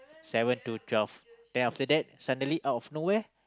seven to twelve then after that suddenly out of nowhere